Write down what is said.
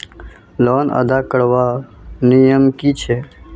Loan अदा करवार नियम की छे?